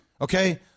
Okay